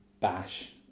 bash